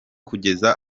kugeza